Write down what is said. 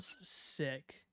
sick